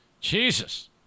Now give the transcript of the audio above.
Jesus